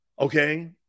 Okay